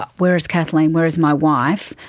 but where's kathleen, where's my wife?